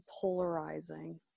polarizing